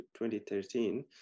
2013